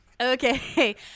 Okay